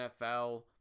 NFL